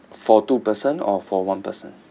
for two person or for one person